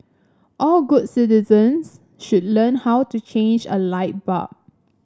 all good citizens should learn how to change a light bulb